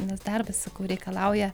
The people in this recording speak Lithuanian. nes darbas sakau reikalauja